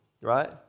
right